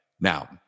Now